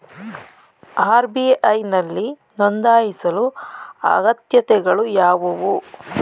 RBI ನಲ್ಲಿ ನೊಂದಾಯಿಸಲು ಅಗತ್ಯತೆಗಳು ಯಾವುವು?